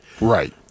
Right